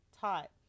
taught